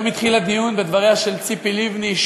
הדיון היום התחיל בדבריה של ציפי לבני,